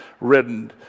ridden